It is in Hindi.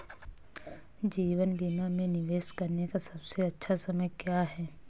जीवन बीमा में निवेश करने का सबसे अच्छा समय क्या है?